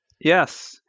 Yes